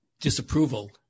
disapproval